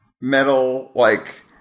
metal-like